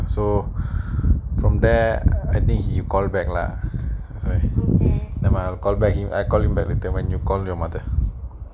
so I think from there you call back lah nevermind I'll call you back later when you call your mother